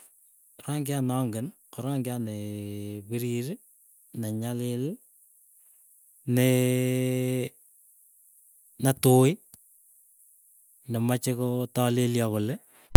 Rangiat nongen, ko rangiat nee piriri, nenyalil, neee netui, nemache ko talilyo kole.